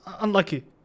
Unlucky